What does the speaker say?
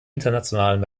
internationalen